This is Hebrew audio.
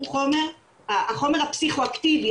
החומר הפסיכואקטיבי,